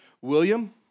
William